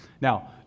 Now